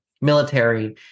military